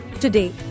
Today